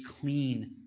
clean